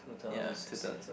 ya two thousand